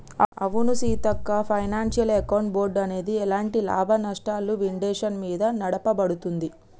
అవును Seethakka financial account board అనేది ఎలాంటి లాభనష్టాలు విండేషన్ మీద నడపబడుతుంది